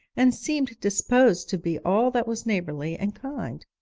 and seemed disposed to be all that was neighbourly and kind.